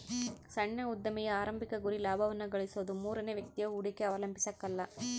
ಸಣ್ಣ ಉದ್ಯಮಿಯ ಆರಂಭಿಕ ಗುರಿ ಲಾಭವನ್ನ ಗಳಿಸೋದು ಮೂರನೇ ವ್ಯಕ್ತಿಯ ಹೂಡಿಕೆ ಅವಲಂಬಿಸಕಲ್ಲ